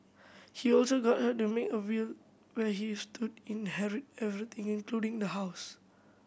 he also got her to make a will where he stood inherit everything including the house